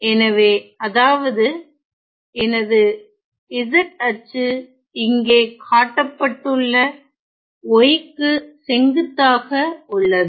எனவே அதாவது எனது z அச்சு இங்கே காட்டப்பட்டுள்ள y க்கு செங்குத்தாக உள்ளது